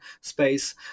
space